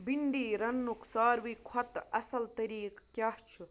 بِھنڈی رننُک ساروٕے کھۄتہٕ اصٕل طریقہٕ کیٛاہ چُھ